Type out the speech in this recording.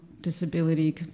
Disability